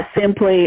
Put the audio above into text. simply